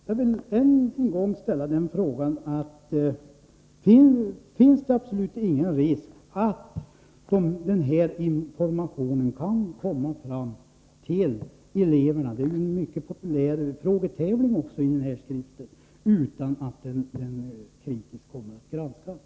Jag vill än en gång fråga: Finns det absolut inte någon risk för att den här informationen kan komma fram till eleverna — det finns ju dessutom en mycket populär frågetävling i den här skriften — ,utan att den kommer att kritiskt granskas?